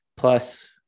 Plus